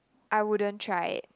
I wouldn't try it